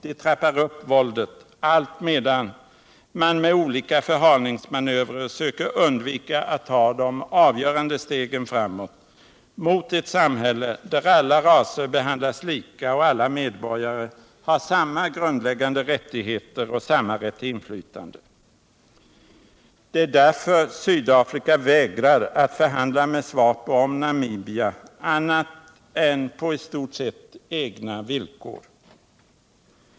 De trappar upp våldet, allt medan man med olika förhalningsmanövrer söker undvika att ta de avgörande stegen framåt — mot ett samhälle där alla raser behandlas lika och alla medborgare har samma grundläggande rättigheter och samma rätt till inflytande. Det är därför Sydafrika vägrar att förhandla med SWVAPO om Namibia — annat än på i stort sett egna villkor.